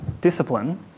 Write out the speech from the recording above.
discipline